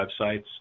websites